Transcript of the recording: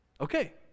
Okay